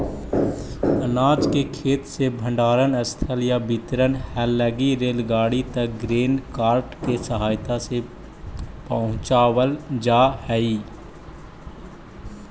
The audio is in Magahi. अनाज के खेत से भण्डारणस्थल या वितरण हलगी रेलगाड़ी तक ग्रेन कार्ट के सहायता से पहुँचावल जा हई